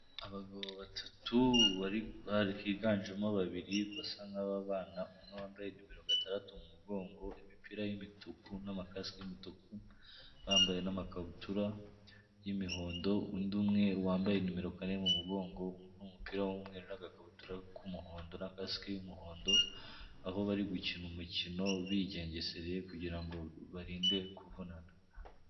Abagabo batatu higanjemo babiri basa nk'abarwana, umwe wambaye numero gatandatu mu mugongo imipira y'imituku n'amakasike y'umutuku, bambaye n'amakabutura y'umuhondo undi umwe wambaye numero kane mu mugongo n'umupira w'umweru n'agakabutura k'umuhondo na kasike y'umuhondo, aho bari gukina umukino bigengesereye kugirango baririnde kuvunana.